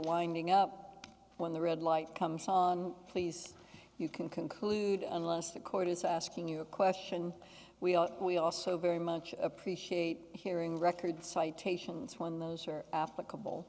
winding up when the red light comes on please you can conclude unless the court is asking you a question we are we also very much appreciate hearing record citations when those are applicable